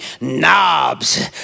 Knobs